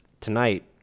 tonight